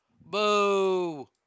Boo